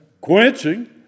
Quenching